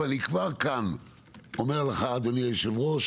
ואני כבר אומר לך אדוני היושב-ראש